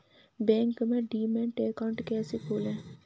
Bank में demat account कैसे खोलें?